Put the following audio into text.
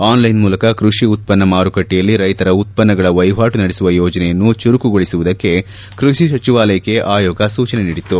online ಮೂಲಕ ಕೃಷಿ ಉತ್ಪನ್ನ ಮಾರುಕಟ್ಟೆಯಲ್ಲಿ ರೈತರ ಉತ್ಪನ್ನಗಳ ವಹಿವಾಟು ನಡೆಸುವ ಯೋಜನೆಯನ್ನು ಚುರುಕುಗೊಳಿಸುವುದಕ್ಕೆ ಕೃಷಿ ಸಚಿವಾಲಯಕ್ಕೆ ಆಯೋಗ ಸೂಚನೆ ನೀಡಿತು